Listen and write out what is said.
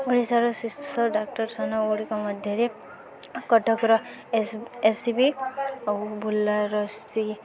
ଓଡ଼ିଶାର ଶୀର୍ଷ ଡାକ୍ତରଖାନା ଗୁଡ଼ିକ ମଧ୍ୟରେ କଟକର ଏସ ଏସ ସି ବି ଆଉ ବୁର୍ଲାର ସେ